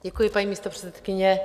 Děkuji, paní místopředsedkyně.